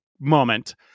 moment